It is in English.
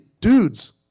dudes